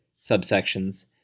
subsections